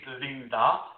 Linda